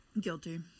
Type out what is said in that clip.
Guilty